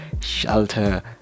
shelter